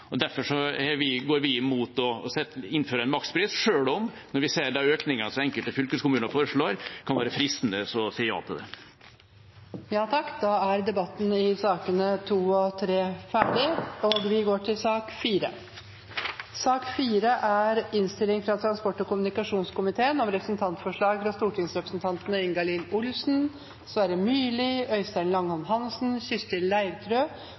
riktig. Derfor går vi imot å innføre en makspris, selv om det, når vi ser de økningene som enkelte fylkeskommuner foreslår, kan være fristende å si ja til det. Flere har ikke bedt om ordet til sakene nr. 2 og 3. Etter ønske fra transport- og kommunikasjonskomiteen